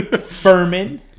Furman